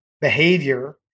behavior